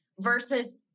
versus